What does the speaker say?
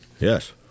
Yes